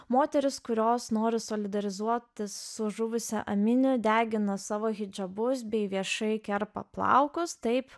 moterys kurios nori solidarizuotis su žuvusia amini degina savo hidžabus bei viešai kerpa plaukus taip